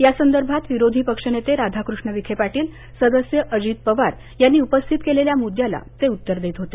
यासंदर्भात विरोधी पक्षनेते राधाकृष्ण विखे पाटील सदस्य अजित पवार यांनी उपस्थित केलेल्या मुद्याला ते उत्तर देत होते